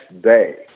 day